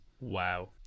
Wow